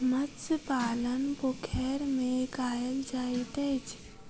मत्स्य पालन पोखैर में कायल जाइत अछि